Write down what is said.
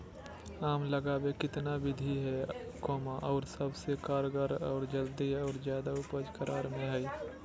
आम लगावे कितना विधि है, और सबसे कारगर और जल्दी और ज्यादा उपज ककरा में है?